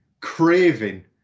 craving